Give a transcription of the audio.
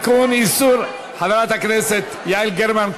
חברת הכנסת יעל גרמן,